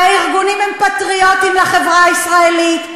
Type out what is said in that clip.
הארגונים הם פטריוטים לחברה הישראלית.